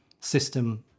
system